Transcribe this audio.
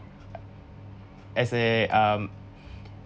as a um